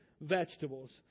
vegetables